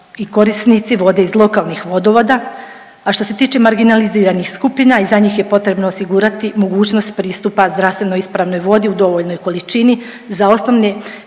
i korisnici vode iz lokalnih vodovoda, a što se tiče marginaliziranih skupina i za njih je potrebno osigurati mogućnost pristupa zdravstveno ispravnoj vodi u dovoljnoj količini za osnovne